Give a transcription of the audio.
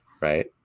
right